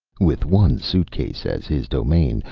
with one suitcase as his domain,